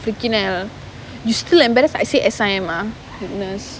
freaking hell you still embarrassed I said S_I_M uh